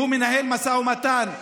כשהוא מנהל משא ומתן,